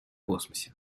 космосе